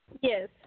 Yes